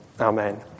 Amen